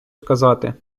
сказати